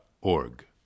org